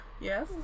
Yes